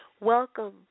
Welcome